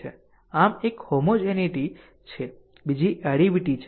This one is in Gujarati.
આમ એક હોમોજેનીટી છે બીજી એડીવીટી છે